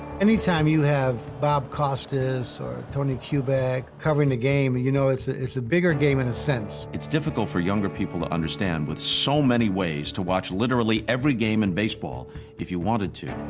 anytime you have bob costas or tony kubek covering the game, you know it's ah a bigger game in a sense. it's difficult for younger people to understand with so many ways to watch literally every game in baseball if you wanted to,